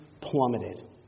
plummeted